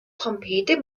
trompete